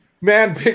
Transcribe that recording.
Man